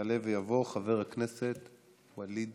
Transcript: יעלה ויבוא חבר הכנסת ווליד